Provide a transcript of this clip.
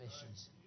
missions